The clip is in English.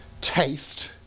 taste